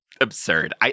absurd